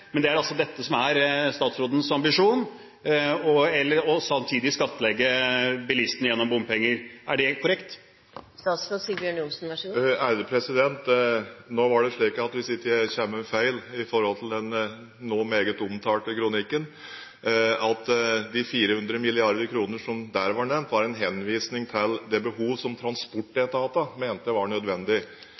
men det er altså dette som er statsrådens ambisjon, samtidig som han vil skattlegge bilistene gjennom bompenger. Er det korrekt? Hvis jeg ikke husker feil når det gjelder den nå meget omtalte kronikken, var de 400 mrd. kr som der var nevnt, en henvisning til det behovet som transportetatene mente var nødvendig.